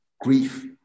grief